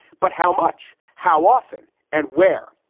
but how much? how often and where?